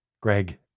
Greg